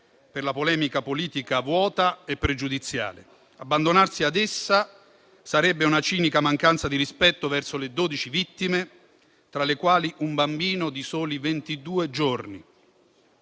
per la polemica politica vuota e pregiudiziale. Abbandonarsi ad essa sarebbe una cinica mancanza di rispetto verso le dodici vittime, tra le quali un bambino di soli ventidue